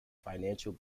financial